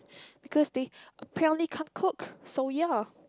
because they purely can't cook so ya